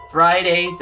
Friday